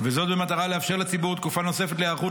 וזאת במטרה לאפשר לציבור תקופה נוספת להיערכות